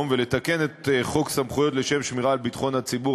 ולתקן את חוק סמכויות לשם שמירה על ביטחון הציבור,